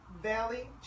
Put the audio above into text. Valley